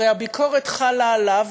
הרי הביקורת חלה עליו,